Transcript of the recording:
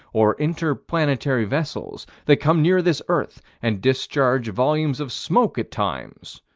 or inter-planetary vessels that come near this earth and discharge volumes of smoke at times.